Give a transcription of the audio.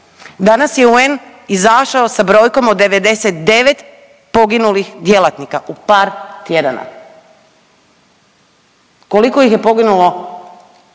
Danas je UN izašao sa brojkom od 99 poginulih djelatnika u par tjedana. Koliko ih je poginulo